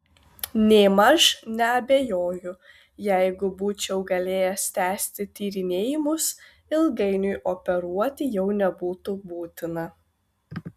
nėmaž neabejoju jeigu būčiau galėjęs tęsti tyrinėjimus ilgainiui operuoti jau nebūtų būtina